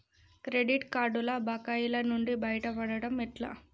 Credit కార్డుల బకాయిల నుండి బయటపడటం ఎట్లా?